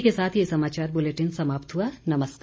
इसी के साथ ये समाचार बुलेटिन समाप्त हुआ नमस्कार